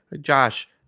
Josh